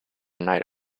night